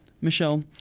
Michelle